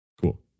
cool